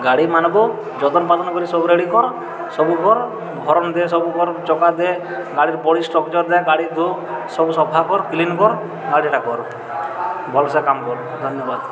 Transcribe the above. ଗାଡ଼ି ମାନ୍ଙ୍କୁ ଯତନ୍ପତନ୍ କରି ସବୁ ରେଡ଼ି କର୍ ସବୁ କର୍ ଦିଏ ସବୁ କର୍ ଚକା ଦେ ଗାଡ଼ି ପଡ଼ି ଷ୍ଟ୍ରକ୍ଚର୍ ଦେ ଗାଡ଼ି ଧୁ ସବୁ ସଫା କର୍ କ୍ଲିନ୍ କର୍ ଗାଡ଼ିଟା କର୍ ଭଲ୍ସେ କାମ୍ କର୍ ଧନ୍ୟବାଦ୍